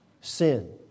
sin